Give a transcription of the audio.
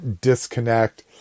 disconnect